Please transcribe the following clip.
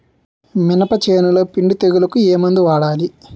మినప చేనులో పిండి తెగులుకు ఏమందు వాడాలి?